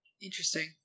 Interesting